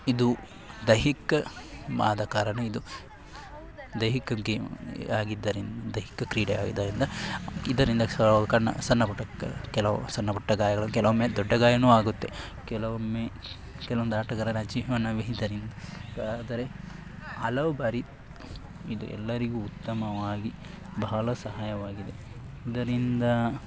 ಇದು ದೈಹಿಕ ಆದ ಕಾರಣ ಇದು ದೈಹಿಕ ಗೇಮ್ ಆಗಿದ್ದರಿಂದ ದೈಹಿಕ ಕ್ರೀಡೆ ಆಗಿದ್ದರಿಂದ ಇದರಿಂದ ಸ ಸಣ್ಣ ಸಣ್ಣ ಪುಟ್ಟ ಕೆಲವು ಸಣ್ಣ ಪುಟ್ಟ ಗಾಯಗಳು ಕೆಲವೊಮ್ಮೆ ದೊಡ್ಡ ಗಾಯವೂ ಆಗುತ್ತೆ ಕೆಲವೊಮ್ಮೆ ಕೆಲವೊಂದು ಆಟಗಾರರ ಜೀವನವೇ ಇದರಿಂದ ಆದರೆ ಹಲವು ಬಾರಿ ಇದು ಎಲ್ಲರಿಗೂ ಉತ್ತಮವಾಗಿ ಬಹಳ ಸಹಾಯವಾಗಿದೆ ಇದರಿಂದ